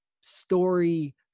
story